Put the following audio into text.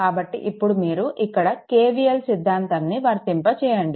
కాబట్టి ఇప్పుడు మీరు ఇక్కడ KVL సిద్ధాంతం ని వర్తింప చేయండి